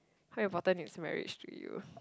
how important is marriage to you